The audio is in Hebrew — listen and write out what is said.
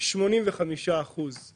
85 אחוזים